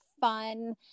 fun